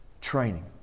training